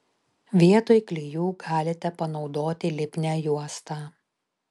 vietoj klijų galite panaudoti lipnią juostą